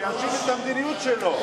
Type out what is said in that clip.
שיאשים את המדיניות שלו.